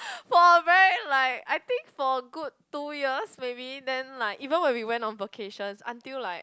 for a very like I think for good two years maybe then like even when we went on vacations until like